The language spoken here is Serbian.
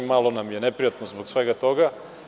Malo mi je neprijatno zbog svega toga.